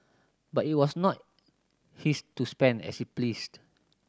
but it was not his to spend as he pleased